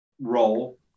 role